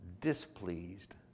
displeased